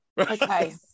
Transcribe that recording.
Okay